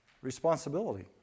responsibility